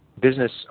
business